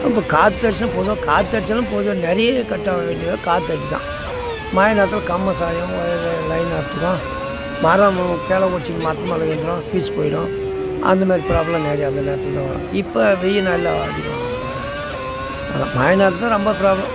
இப்போ காற்று அடிச்சினா பொதுவாக காற்று அடிச்சாலும் பொதுவாக நிறைய கட் ஆக வேண்டிய காத்தடி தான் மழை நேரத்தில் கம்பம் சாயும் ஒயரு லைன் அறுத்துக்கும் மரம் கெள உடச்சிகினு மரத்துமேல விழுந்துடும் பீஸ் போயிடும் அந்தமாரி பிராப்ளம் நிறைய அந்த நேரத்தில் தான் வரும் இப்போ வெயில் நாளில் அதிகம் வராது அதான் மழை நேரத்தில் தான் ரொம்ப பிராப்ளம்